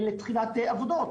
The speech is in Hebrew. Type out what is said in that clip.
לתחילת עבודות.